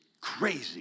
crazy